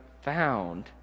found